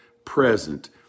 present